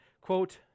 quote